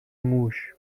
موش